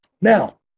Now